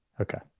Okay